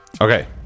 Okay